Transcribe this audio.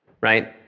right